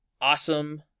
awesome